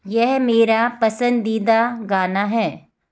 यह मेरा पसंदीदा गाना है